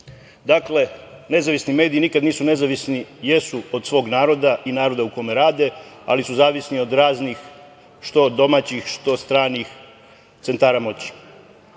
Dakle, nezavisni mediji nikad nisu nezavisni. Jesu od svog naroda i naroda u kome rade, ali su zavisni od raznih što domaćih, što stranih centara